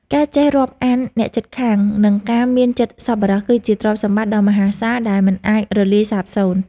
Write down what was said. ការចេះរាប់អានអ្នកជិតខាង និងការមានចិត្តសប្បុរស គឺជាទ្រព្យសម្បត្តិដ៏មហាសាលដែលមិនអាចរលាយសាបសូន្យ។